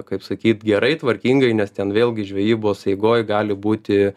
kaip sakyt gerai tvarkingai nes ten vėlgi žvejybos eigoj gali būti